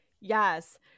yes